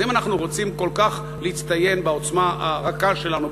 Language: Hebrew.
אז אם אנחנו רוצים כל כך להצטיין בעוצמה הרכה שלנו,